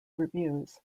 reviews